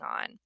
on